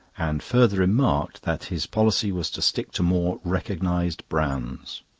and further remarked that his policy was to stick to more recognised brands.